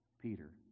Peter